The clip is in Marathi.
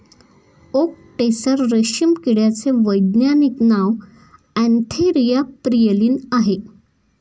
ओक टेसर रेशीम किड्याचे वैज्ञानिक नाव अँथेरिया प्रियलीन आहे